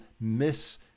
miss